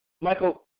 Michael